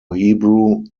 hebrew